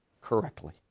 correctly